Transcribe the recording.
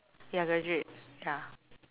ya graduate ya